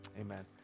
amen